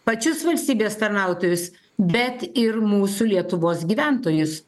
pačius valstybės tarnautojus bet ir mūsų lietuvos gyventojus